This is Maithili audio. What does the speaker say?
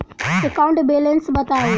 एकाउंट बैलेंस बताउ